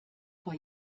vor